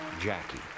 Jackie